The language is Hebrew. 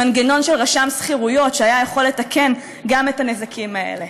מנגנון של רשם שכירויות שהיה יכול לתקן גם את הנזקים האלה.